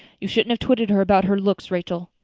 you shouldn't have twitted her about her looks, rachel.